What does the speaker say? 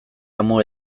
amu